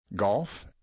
Golf